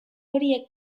horiek